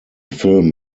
film